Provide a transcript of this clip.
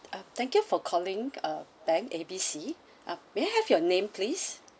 um thank you for calling uh bank A B C um may I have your name please